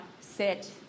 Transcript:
sit